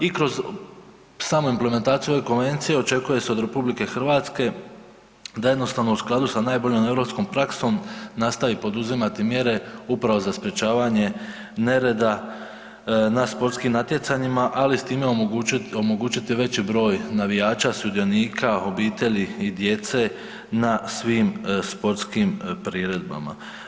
I kroz samu implementaciju ove konvencije očekuje se od RH da jednostavno u skladu sa najboljom europskom praksom nastavi poduzimati mjere upravo za sprječavanje nereda na sportskim natjecanjima, ali s time omogućit, omogućiti veći broj navijača, sudionika, obitelji i djece na svim sportskim priredbama.